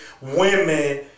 women